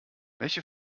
welche